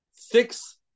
Six